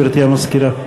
גברתי המזכירה.